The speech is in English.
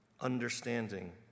understanding